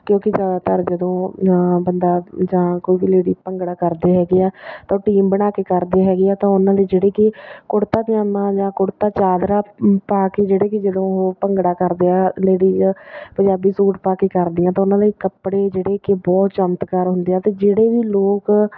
ਕਿਉਂਕਿ ਜ਼ਿਆਦਾਤਰ ਜਦੋਂ ਬੰਦਾ ਜਾਂ ਕੋਈ ਵੀ ਲੇਡੀ ਭੰਗੜਾ ਕਰਦੇ ਹੈਗੇ ਆ ਤਾਂ ਉਹ ਟੀਮ ਬਣਾ ਕੇ ਕਰਦੇ ਹੈਗੇ ਆ ਤਾਂ ਉਹਨਾਂ ਦੇ ਜਿਹੜੇ ਕਿ ਕੁੜਤਾ ਪਜਾਮਾ ਜਾਂ ਕੁੜਤਾ ਚਾਦਰਾ ਪਾ ਕੇ ਜਿਹੜੇ ਕਿ ਜਦੋਂ ਉਹ ਭੰਗੜਾ ਕਰਦੇ ਆ ਲੇਡੀਜ ਪੰਜਾਬੀ ਸੂਟ ਪਾ ਕੇ ਕਰਦੀਆਂ ਤਾਂ ਉਹਨਾਂ ਦੇ ਕੱਪੜੇ ਜਿਹੜੇ ਕਿ ਬਹੁਤ ਚਮਕਦਾਰ ਹੁੰਦੇ ਆ ਅਤੇ ਜਿਹੜੇ ਵੀ ਲੋਕ